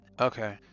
Okay